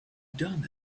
done